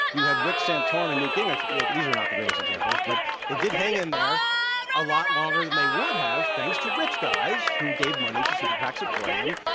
you had rick santorum and newt gingrich yeah these are not the greatest examples, but they did hang in there a lot longer than they would have, thanks to rich guys who gave money to super pacs supporting them.